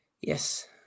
Yes